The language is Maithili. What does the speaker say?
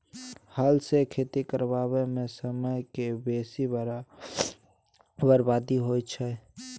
हल सँ खेती करबा मे समय केर बेसी बरबादी होइ छै